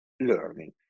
learning